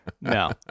no